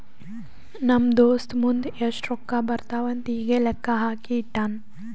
ನಮ್ ದೋಸ್ತ ಮುಂದ್ ಎಷ್ಟ ರೊಕ್ಕಾ ಬರ್ತಾವ್ ಅಂತ್ ಈಗೆ ಲೆಕ್ಕಾ ಹಾಕಿ ಇಟ್ಟಾನ್